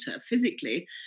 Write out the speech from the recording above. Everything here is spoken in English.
physically